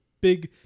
big